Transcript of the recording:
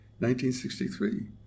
1963